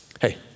hey